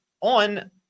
on